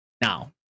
Now